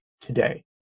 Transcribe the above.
today